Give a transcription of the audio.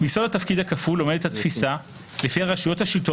ביסוד התפקיד הכפול עומדת התפיסה לפיה רשויות השלטון